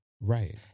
right